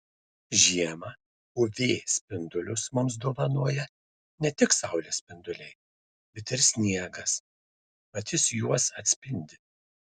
žiemą uv spindulius mums dovanoja ne tik saulės spinduliai bet ir sniegas mat jis juos atspindi